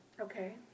Okay